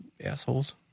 assholes